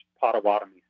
Potawatomi